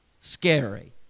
Scary